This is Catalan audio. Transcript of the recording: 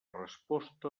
resposta